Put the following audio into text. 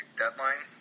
deadline